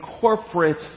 corporate